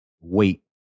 wait